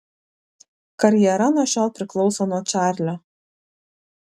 karjera nuo šiol priklauso nuo čarlio